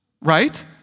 right